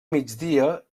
migdia